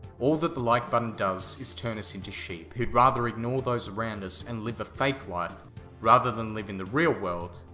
all that the like button does is turn us into sheep, who would rather ignore those around us and live a fake life rather than live in the real world,